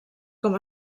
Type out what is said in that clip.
com